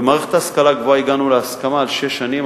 במערכת ההשכלה הגבוהה הגענו להסכמה על שש שנים,